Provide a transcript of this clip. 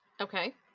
Okay